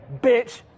bitch